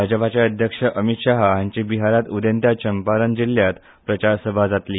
भाजपाचे अध्यक्ष अमित शहा हांची बिहारात उदेंत्या चंपारन जिल्यात प्रचारसभा जातली